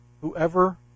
Whoever